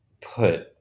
put